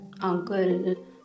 uncle